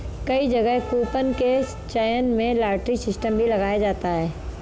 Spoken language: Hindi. कई जगह कूपन के चयन में लॉटरी सिस्टम भी लगाया जाता है